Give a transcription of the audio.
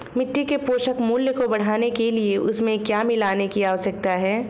मिट्टी के पोषक मूल्य को बढ़ाने के लिए उसमें क्या मिलाने की आवश्यकता है?